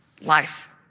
life